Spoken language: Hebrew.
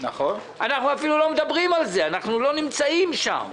אנחנו אפילו לא מדברים על זה, אנחנו לא נמצאים שם.